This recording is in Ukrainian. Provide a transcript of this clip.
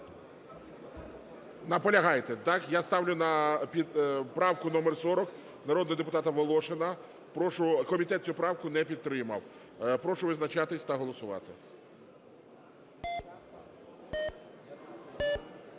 наполягаєте? Ставиться на голосування правка номер 46, народного депутата Волошина. Комітет цю правку не підтримав. Прошу визначатися та голосувати.